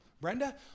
Brenda